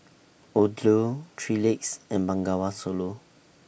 Odlo three Legs and Bengawan Solo